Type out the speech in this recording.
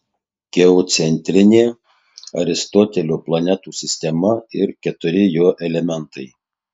geocentrinė aristotelio planetų sistema ir keturi jo elementai